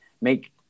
make